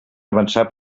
avançar